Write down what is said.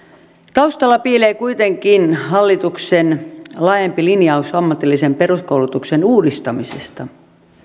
taustalla piilee kuitenkin hallituksen laajempi linjaus ammatillisen peruskoulutuksen uudistamisesta